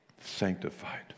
sanctified